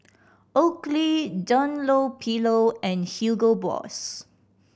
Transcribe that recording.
Oakley Dunlopillo and Hugo Boss